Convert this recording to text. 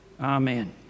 Amen